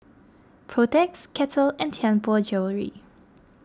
Protex Kettle and Tianpo Jewellery